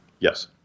Yes